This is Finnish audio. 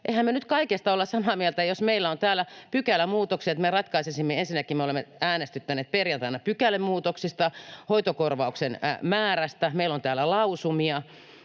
Eihän me nyt kaikesta olla samaa mieltä, jos meillä on täällä pykälämuutokset. Me ratkaisisimme… Ensinnäkin me olemme äänestyttäneet perjantaina pykälämuutoksista, hoitokorvauksen määrästä, meillä on täällä lausumia,